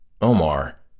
Omar